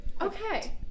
Okay